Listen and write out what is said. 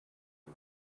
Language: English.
are